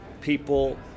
people